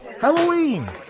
Halloween